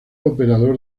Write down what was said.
operador